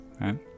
right